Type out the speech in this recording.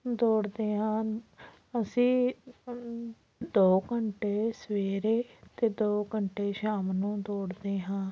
ਦੌੜਦੇ ਹਾਂ ਅਸੀਂ ਦੋ ਘੰਟੇ ਸਵੇਰੇ ਅਤੇ ਦੋ ਘੰਟੇ ਸ਼ਾਮ ਨੂੰ ਦੌੜਦੇ ਹਾਂ